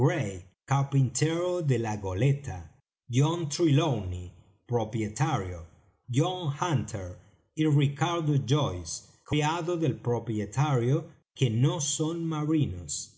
de la goleta john trelawney propietario john hunter y ricardo joyce criados del propietario que no son marinos